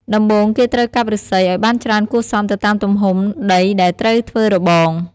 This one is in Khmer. ដំបូងគេត្រូវកាប់ឬស្សីឱ្យបានច្រើនគួរសមទៅតាមទំហំដីដែលត្រូវធ្វើរបង។